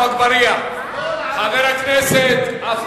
חברת הכנסת זועבי.